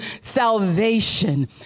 salvation